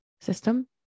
system